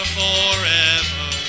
forever